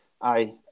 aye